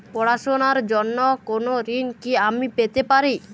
পড়াশোনা র জন্য কোনো ঋণ কি আমি পেতে পারি?